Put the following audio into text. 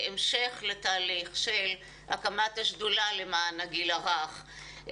כהמשך לתהליך של הקמת השדולה למען הגיל הרך,